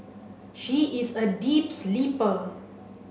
she is a deep sleeper